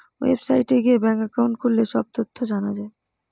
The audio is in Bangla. ওয়েবসাইটে গিয়ে ব্যাঙ্ক একাউন্ট খুললে সব তথ্য জানা যায়